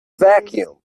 vacuum